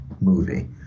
movie